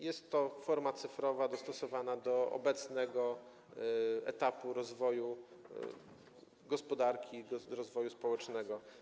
Jest to forma cyfrowa dostosowana do obecnego etapu rozwoju gospodarki i rozwoju społecznego.